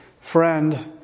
friend